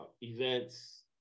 events